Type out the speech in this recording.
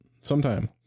sometime